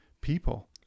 people